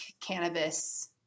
cannabis